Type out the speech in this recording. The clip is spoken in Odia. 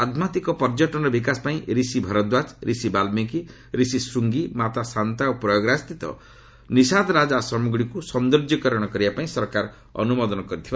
ଆଧ୍ୟାତ୍ମିକ ପର୍ଯ୍ୟଟନର ବିକାଶ ପାଇଁ ରିଷି ଭରଦ୍ୱାଜ ରିଷି ବାଲ୍ମିକୀ ରିଷି ସୃଙ୍ଗି ମାତା ସାନ୍ତା ଓ ପ୍ରୟାଗରାଜସ୍ଥିତ ନିଷାଦରାଜ ଆଶ୍ରମଗୁଡ଼ିକୁ ସୌନ୍ଦର୍ଯ୍ୟକରଣ କରିବା ପାଇଁ ସରକାର ଅନୁମୋଦନ କରିଛନ୍ତି